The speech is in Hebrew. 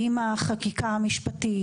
עם החקיקה המשפטית,